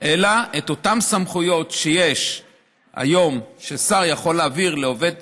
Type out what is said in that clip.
אלא את אותן סמכויות ששר יכול היום להעביר לעובד ציבור,